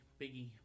Biggie